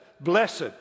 blessed